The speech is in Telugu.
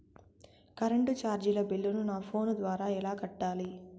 కరెంటు చార్జీల బిల్లును, నా ఫోను ద్వారా ఎలా కట్టాలి?